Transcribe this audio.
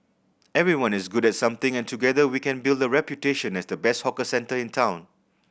everyone is good at something and together we can build a reputation as the best hawker centre in town